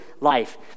life